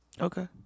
Okay